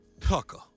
Tucker